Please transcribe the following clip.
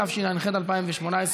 התשע"ח 2018,